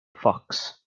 fox